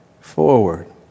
forward